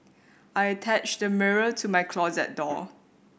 I attached a mirror to my closet door